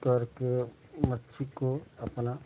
करके मछली को अपना